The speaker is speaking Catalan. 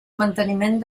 manteniment